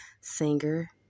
singer